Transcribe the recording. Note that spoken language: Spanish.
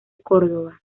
córdoba